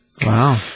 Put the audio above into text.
Wow